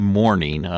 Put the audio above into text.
morning